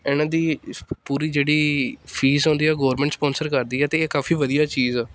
ਇਹਨਾਂ ਦੀ ਪੂਰੀ ਜਿਹੜੀ ਫੀਸ ਹੁੰਦੀ ਹੈ ਗੋਰਮੈਂਟ ਸਪੋਂਸਰ ਕਰਦੀ ਹੈ ਅਤੇ ਇਹ ਕਾਫੀ ਵਧੀਆ ਚੀਜ਼ ਆ